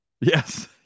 Yes